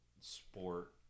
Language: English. sport